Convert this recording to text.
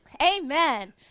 amen